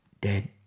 dead